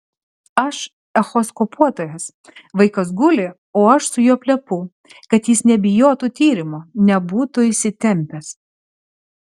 aš echoskopuotojas vaikas guli o aš su juo plepu kad jis nebijotų tyrimo nebūtų įsitempęs